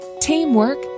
teamwork